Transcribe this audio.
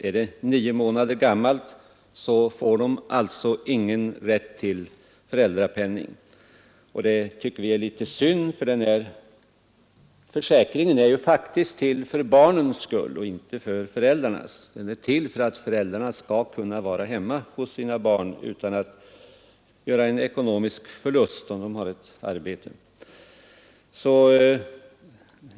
Är barnet nio månader gammalt vid adoptionen, har adoptivföräldrarna inte någon rätt till föräldrapenning. Det tycker vi är litet synd, eftersom försäkringen faktiskt är till för barnens och inte för föräldrarnas skull. Den är till för att föräldrarna skall kunna vara hemma hos sina barn utan att göra en ekonomisk förlust, om de har ett arbete.